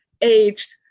aged